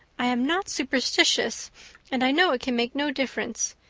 i am not superstitious and i know it can make no difference.